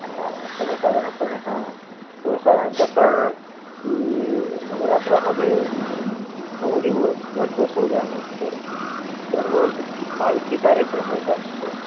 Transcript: हा सर्वसाधारणपणे हां सर्वसाधारण कसं आहे की नवरात्रामध्ये नऊ दिवस घट बसवल्यानंतर दररोज पालखी कार्यक्रम एक असतो